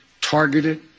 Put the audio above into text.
targeted